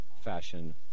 fashion